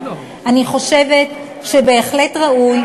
אני חושבת שבהחלט ראוי,